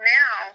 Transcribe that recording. now